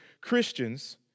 Christians